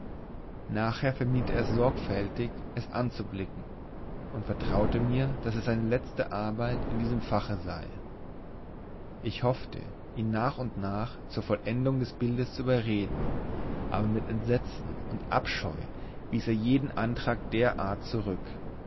nachher vermied er sorgfältig es anzublicken und vertraute mir daß es seine letzte arbeit in diesem fache sei ich hoffte ihn nach und nach zur vollendung des bildes zu überreden aber mit entsetzen und abscheu wies er jeden antrag der art zurück